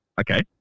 okay